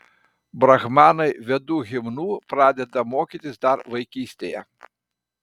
brahmanai vedų himnų pradeda mokytis dar vaikystėje